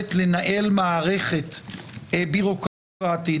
היכולת לנהל מערכת בירוקרטית.